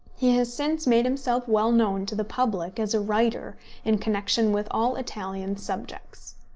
he has since made himself well known to the public as a writer in connection with all italian subjects.